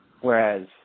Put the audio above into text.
Whereas